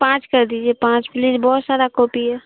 پانچ کر دیجیے پانچ پلیز بہت سارا کاپی ہے